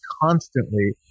constantly